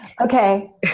Okay